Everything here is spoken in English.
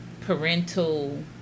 parental